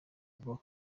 nubwo